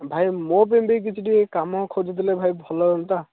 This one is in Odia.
ଭାଇ ମୋ ପାଇଁ ବି କିଛି ଟିକେ କାମ ଖୋଜିଦେଲେ ଭାଇ ଭଲ ହୁଅନ୍ତା